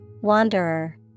wanderer